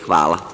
Hvala.